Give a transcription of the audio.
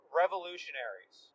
revolutionaries